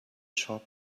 shop